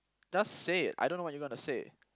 just say it I don't know what you gonna say